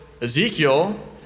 Ezekiel